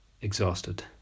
exhausted